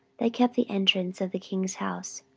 that kept the entrance of the king's house.